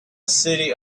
city